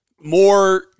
more